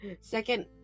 second